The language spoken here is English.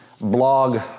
blog